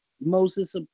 Moses